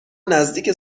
نزدیک